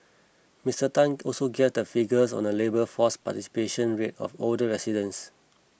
Mister Tan also gave the figures on the labour force participation rate of older residents